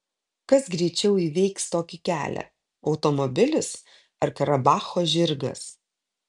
kas greičiau įveiks tokį kelią automobilis ar karabacho žirgas